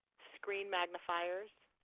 screen magnifiers,